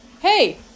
Hey